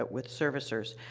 but with servicers.